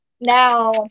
now